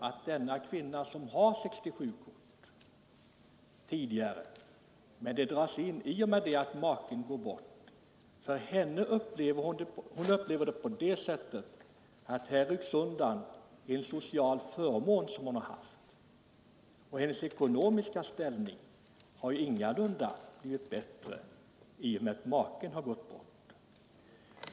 Men den kvinna som har ett 67-kort, vilket dras in i och med att maken går bort, upplever det så, att man rycker undan en social förmån som hon har. Och hennes ekonomiska ställning har ju ingalunda blivit bättre i och med att maken går bort.